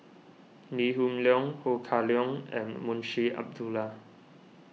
Lee Hoon Leong Ho Kah Leong and Munshi Abdullah